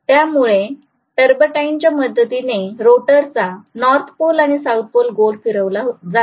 त्यामुळे टर्बाईन च्या मदतीने रोटर चा नॉर्थपोल आणि साऊथ पोल गोल फिरविला जातो